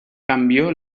cambió